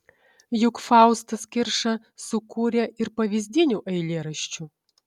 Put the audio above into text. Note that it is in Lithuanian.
juk faustas kirša sukūrė ir pavyzdinių eilėraščių